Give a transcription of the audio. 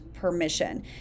permission